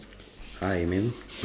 hi man